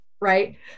right